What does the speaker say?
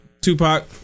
Tupac